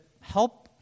help